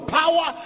power